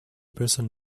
percent